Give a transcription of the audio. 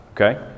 okay